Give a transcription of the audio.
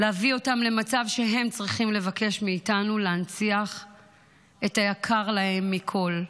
להביא אותן למצב שהם צריכות לבקש מאיתנו להנציח את היקר להן מכול,